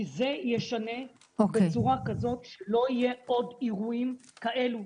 זה ישנה בצורה כזאת שלא יהיו עוד אירועים כאלה.